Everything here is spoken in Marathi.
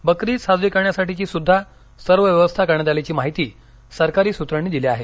बकरी ईद साजरी करण्यासाठीची सुद्धा सर्व व्यवस्था करण्यात आल्याची माहिती सरकारी सुत्रांनी दिली आहे